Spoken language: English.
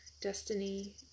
destiny